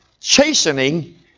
chastening